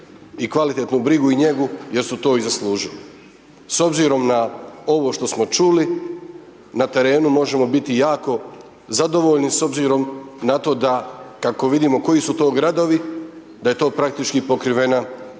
i kvalitetnu brigu i njegu jer su to i zaslužili. S obzirom na ovo što smo čuli, na terenu možemo biti jako zadovoljni s obzirom na to da, kako vidimo koji su to gradovi, da je to praktički pokrivena